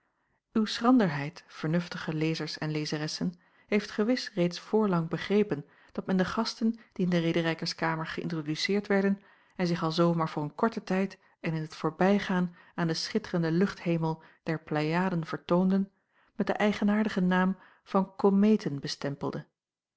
uw schranderheid vernuftige lezers en lezeressen heeft gewis reeds voorlang begrepen dat men de gasten die in de rederijkerskamer geïntroduceerd werden en zich alzoo maar voor een korten tijd en in t voorbijgaan aan den schitterenden luchthemel der pleiaden vertoonden met den eigenaardigen naam van komeeten bestempelde